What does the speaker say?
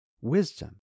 wisdom